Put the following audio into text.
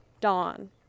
dawn